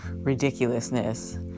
ridiculousness